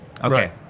Okay